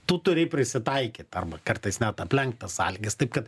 tu turi prisitaikyt arba kartais net aplenkt tas sąlygas taip kad